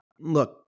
look